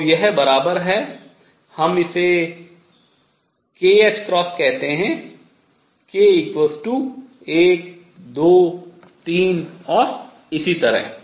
तो यह बराबर है हम इसे kℏ कहते हैं k 1 2 3 और इसी तरह